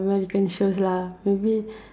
American shows lah maybe